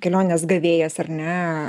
kelionės gavėjas ar ne